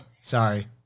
Sorry